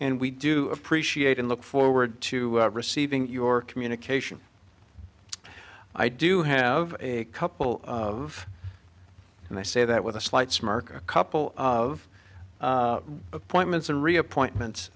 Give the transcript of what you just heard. and we do appreciate and look forward to receiving your communication i do have a couple of and i say that with a slight smirk a couple of appointments and re appointments